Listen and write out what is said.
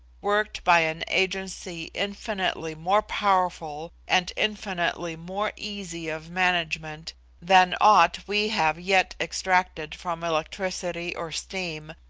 worked by an agency infinitely more powerful and infinitely more easy of management than aught we have yet extracted from electricity or steam,